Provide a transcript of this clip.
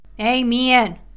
Amen